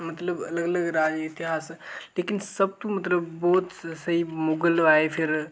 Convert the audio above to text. मतलब उलग अलग राजे इतिहास लेकिन सब तूं मतलब बहुत स्हेई मुगल आए फिर